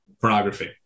pornography